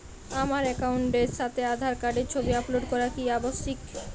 আমার অ্যাকাউন্টের সাথে আধার কার্ডের ছবি আপলোড করা কি আবশ্যিক?